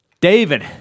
David